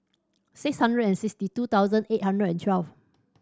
six hundred and sixty two thousand eight hundred and twelve